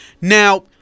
Now